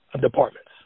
departments